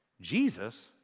Jesus